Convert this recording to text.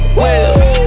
wheels